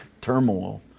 turmoil